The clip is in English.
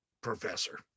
professor